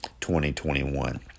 2021